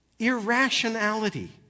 irrationality